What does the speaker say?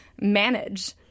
manage